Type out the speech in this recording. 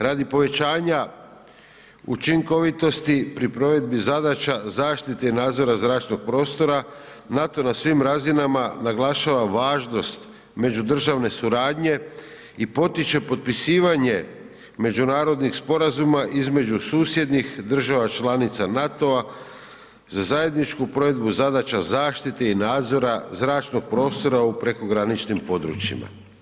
Radi povećanja učinkovitosti pri provedi zadaća zaštite nadzora zračnog prostora NATO na svim razinama naglašava važnost međudržavne suradnje i potiče potpisivanje međunarodnih sporazuma između susjednih država članica NATO-a za zajedničku provedbu zadaća zaštite i nadzora zračnog prostora u prekograničnim područjima.